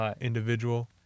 individual